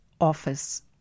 office